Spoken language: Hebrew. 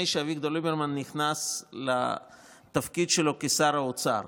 שאביגדור ליברמן נכנס לתפקיד שלו כשר האוצר,